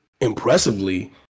impressively